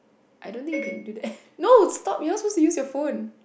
I don't think you can do that no stop you're not supposed to use your phone